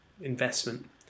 investment